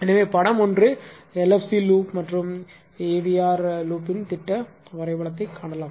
எனவே படம் ஒன்று எல்எஃப்சி லூப் மற்றும் ஏவிஆர் லூப்பின் திட்ட வரைபடத்தை காணலாம்